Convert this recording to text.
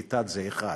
כי "תת" זה אחד,